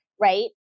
right